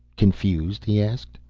confused? he asked.